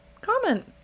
comment